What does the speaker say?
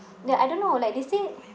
the I don't know like they said